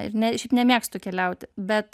ir ne šiaip nemėgstu keliauti bet